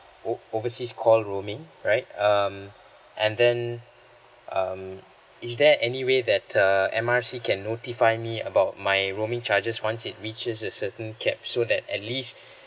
o~ overseas call roaming right um and then um is there any way that err M R C can notify me about my roaming charges once it reaches a certain cap so that at least